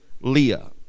Leah